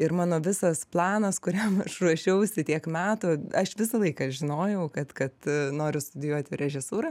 ir mano visas planas kuriam aš ruošiausi tiek metų aš visą laiką žinojau kad kad noriu studijuoti režisūrą